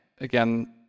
again